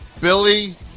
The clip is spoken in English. Billy